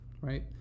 right